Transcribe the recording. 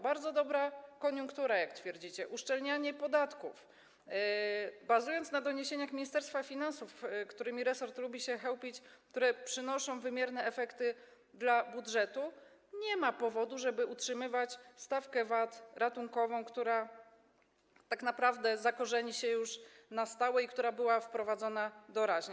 Bardzo dobra koniunktura, jak twierdzicie, uszczelnianie podatków - a bazujecie na doniesieniach Ministerstwa Finansów - którymi resort lubi się chełpić, które przynoszą wymierne efekty dla budżetu, a więc nie ma powodu, żeby utrzymywać stawkę VAT ratunkową, która tak naprawdę zakorzeni się już na stałe, a która została wprowadzona doraźnie.